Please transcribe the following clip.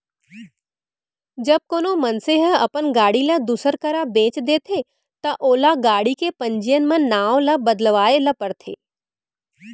जब कोनो मनसे ह अपन गाड़ी ल दूसर करा बेंच देथे ता ओला गाड़ी के पंजीयन म नांव ल बदलवाए ल परथे